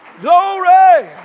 Glory